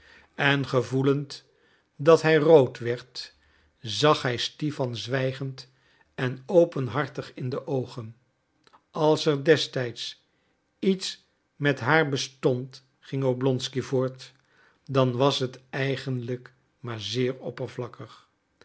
en gevoelend dat hij rood werd zag hij stipan zwijgend en openhartig in de oogen als er destijds iets met haar bestond ging oblonsky voort dan was het eigenlijk maar zeer oppervlakkig